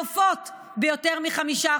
העליתם את מחירי העופות ביותר מ-5%.